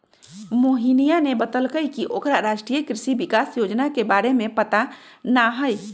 मोहिनीया ने बतल कई की ओकरा राष्ट्रीय कृषि विकास योजना के बारे में पता ना हई